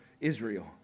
Israel